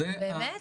באמת?